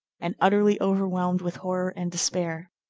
and utterly overwhelmed with horror and despair.